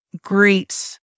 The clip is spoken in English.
great